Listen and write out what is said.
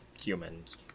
humans